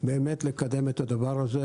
מציע לקדם את הדבר הזה,